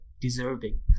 deserving